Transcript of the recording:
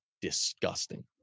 disgusting